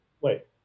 Wait